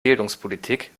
bildungspolitik